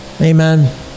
Amen